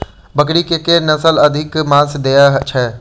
बकरी केँ के नस्ल अधिक मांस दैय छैय?